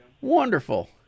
Wonderful